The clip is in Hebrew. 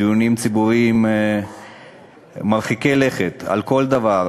דיונים ציבוריים מרחיקי לכת על כל דבר,